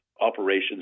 operations